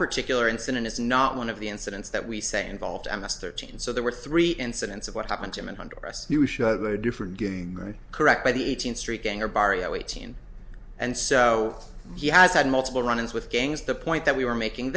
particular incident is not one of the incidents that we say involved imus thirteen so there were three incidents of what happened to him and under us are different getting correct by the eighteenth street gang or barrio eighteen and so he has had multiple run ins with gangs the point that we were making